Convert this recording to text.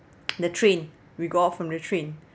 the train we go out from the train